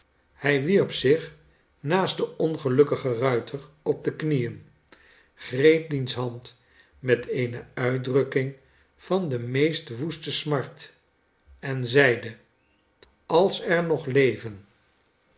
hij wierp zich naast den ongelukkigen ruiter op de knieen greep diens hand met eene uitdrukking van de meest woeste smart en zeide als er nog leven